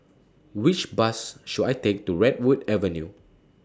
Which Bus should I Take to Redwood Avenue